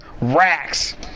racks